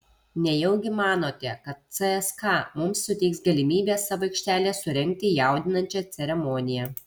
nejaugi manote kad cska mums suteiks galimybę savo aikštelėje surengti jaudinančią ceremoniją